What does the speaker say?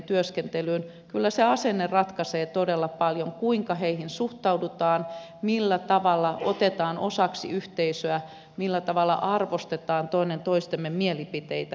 kyllä se asenne ratkaisee todella paljon kuinka heihin suhtaudutaan millä tavalla otetaan osaksi yhteisöä millä tavalla arvostetaan toinen toistemme mielipiteitä